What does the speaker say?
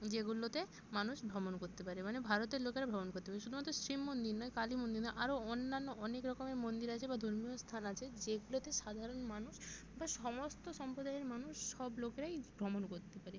যেগুলোতে মানুষ ভ্রমণ করতে পারে মানে ভারতের লোকেরা ভ্রমণ করতে পারে শুধুমাত্র শিব মন্দির নয় কালী মন্দির নয় আরো অন্যান্য অনেক রকমের মন্দির আছে বা ধর্মীয় স্থান আছে যেগুলোতে সাধারণ মানুষ বা সমস্ত সম্প্রদায়ের মানুষ সব লোকেরাই ভ্রমণ করতে পারে